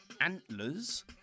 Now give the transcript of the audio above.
Antlers